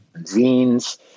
zines